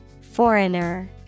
Foreigner